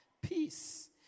Peace